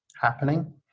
happening